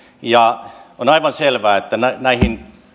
ja on aivan selvää että näihin